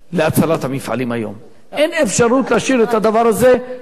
אין אפשרות להשאיר את הדבר הזה בצורה של,